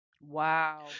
Wow